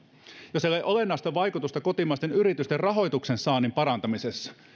jos ei ole olennaista vaikutusta kotimaisten yritysten rahoituksen saannin parantamisessa niin